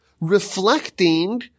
reflecting